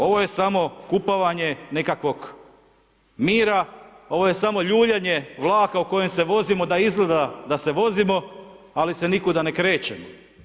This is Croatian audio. Ovo je samo kupovanje nekakvog mira, ovo je samo ljuljanje vlaka u kojem se vozimo, da izgleda da se vozimo, ali se nikuda ne krećemo.